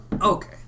Okay